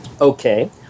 Okay